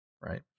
right